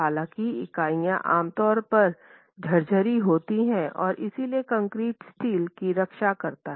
हालाँकि इकाइयाँ आमतौर पर झरझरी होती हैं और इसलिए कंक्रीट स्टील की रक्षा करता है